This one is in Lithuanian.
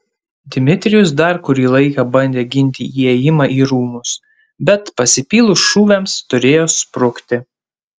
dmitrijus dar kurį laiką bandė ginti įėjimą į rūmus bet pasipylus šūviams turėjo sprukti